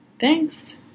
Thanks